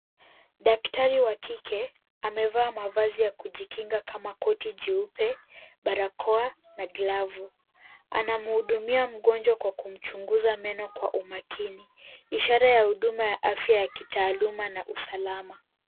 Daktari wa kike amevaa mavazi ya kujikinga kama koti jeupe, barakoa na glavu. Anamhudumia mgonjwa kwa kumchunguza meno kwa umakini, ishara ya huduma ya afya ya kitaaluma na usalama.